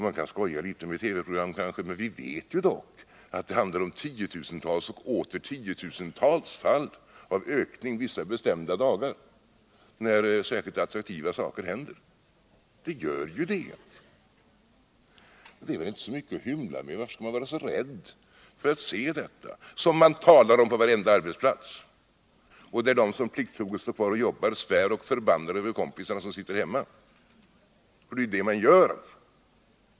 Man kanske kan skoja med TV-programmen, men vi vet att antalet sjukskrivningar ökar med tiotusentals och åter tiotusentals fall vissa bestämda dagar, när särskilt attraktiva saker händer. Det är väl inte så mycket att hymla om. Varför skall man vara så rädd för att erkänna detta, som man talar om på varenda arbetsplats. De som plikttroget står kvar och jobbar svär och förbannar kompisarna som sitter hemma. BI.